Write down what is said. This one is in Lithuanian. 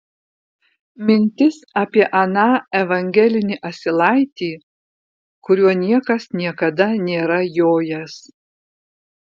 mintis apie aną evangelinį asilaitį kuriuo niekas niekada nėra jojęs